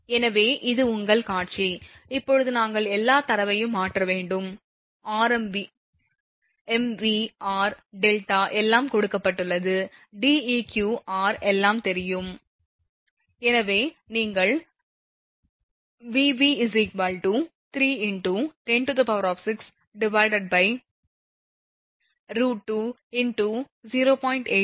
எனவே இது உங்கள் காட்சி இப்போது நாங்கள் எல்லா தரவையும் மாற்ற வேண்டும் mv r δ எல்லாம் கொடுக்கப்பட்டுள்ளது Deq r எல்லாம் தெரியும் எனவே நீங்கள் Vv 3 × 106 √2 × 0